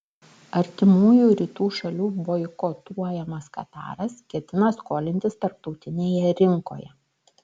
artimųjų rytų šalių boikotuojamas kataras ketina skolintis tarptautinėje rinkoje